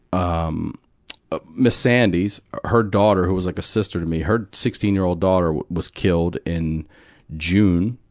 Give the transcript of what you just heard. um ah miss sandy's her daughter, who was like a sister to me, her sixteen-year-old daughter was killed in june,